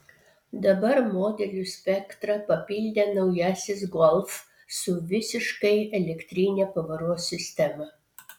dabar modelių spektrą papildė naujasis golf su visiškai elektrine pavaros sistema